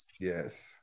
Yes